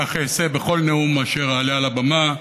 כך אעשה בכל נאום כאשר אעלה על הבמה.